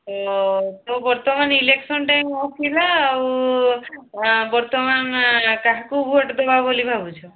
ହଁ ଯେଉଁ ବର୍ତ୍ତମାନ ଇଲେକ୍ସନ୍ ଟାଇମ୍ ଥିଲା ଆଉ ବର୍ତ୍ତମାନ କାହାକୁ ଭୋଟ୍ ଦେବା ବୋଲି ଭାବୁଛ